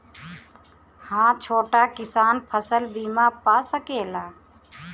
हा छोटा किसान फसल बीमा पा सकेला?